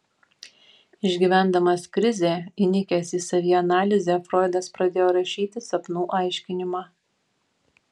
išgyvendamas krizę įnikęs į savianalizę froidas pradėjo rašyti sapnų aiškinimą